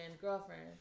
girlfriend